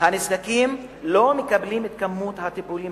הנזקקים לא מקבלים את כמות הטיפולים